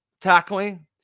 tackling